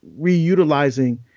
reutilizing